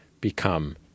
become